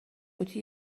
قوطی